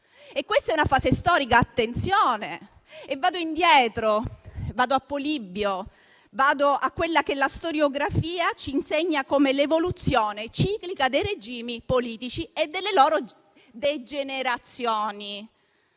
Questa è una fase storica e vado indietro, a Polibio e a quella che la storiografia ci insegna come l'evoluzione ciclica dei regimi politici e delle loro degenerazioni.